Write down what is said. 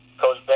Coach